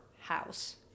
House